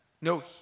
no